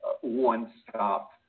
one-stop